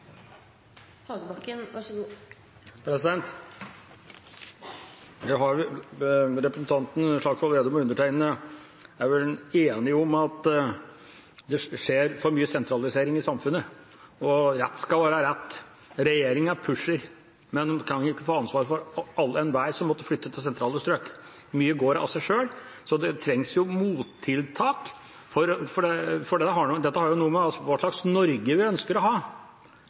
vel enige om at det skjer for mye sentralisering i samfunnet. Rett skal være rett: Regjeringa pusher, men den kan ikke ta ansvaret for alle og enhver som måtte flytte til sentrale strøk. Mye går av seg sjøl, så det trengs mottiltak, for dette har noe med hva slags Norge vi ønsker å ha.